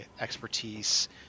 expertise